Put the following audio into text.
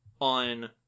on